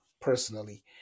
personally